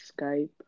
Skype